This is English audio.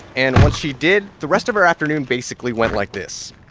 and once she did, the rest of her afternoon basically went like this.